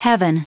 Heaven